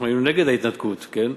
אנחנו היינו נגד ההתנתקות, כן,